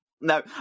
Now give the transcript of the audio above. No